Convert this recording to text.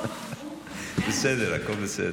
תודה.